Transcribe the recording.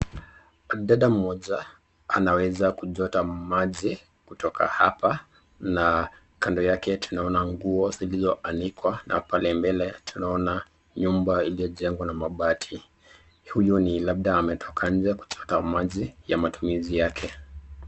Dada moja anaweza kuchota maji kutoka hapa, na kando yake tunaona nguo izilioanikwa na pale mbele nyumba iliyochengwa na mabati, huyu ni labda ametoka njee kuchota maji ya matumishi yake.